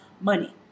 money